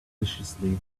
viciously